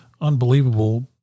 unbelievable